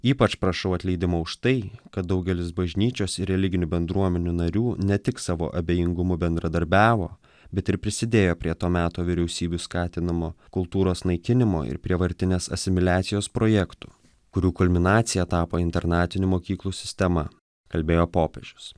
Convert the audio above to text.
ypač prašau atleidimo už tai kad daugelis bažnyčios ir religinių bendruomenių narių ne tik savo abejingumu bendradarbiavo bet ir prisidėjo prie to meto vyriausybių skatinamo kultūros naikinimo ir prievartinės asimiliacijos projektų kurių kulminacija tapo internatinių mokyklų sistema kalbėjo popiežius